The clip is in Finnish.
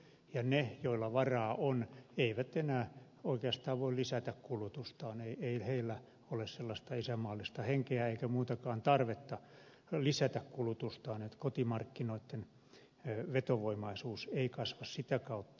mutta ne joilla varaa on eivät enää oikeastaan voi lisätä kulutustaan koska ei heillä ole sellaista isänmaallista henkeä eikä muutakaan tarvetta lisätä kulutustaan joten kotimarkkinoitten vetovoimaisuus ei kasva sitä kautta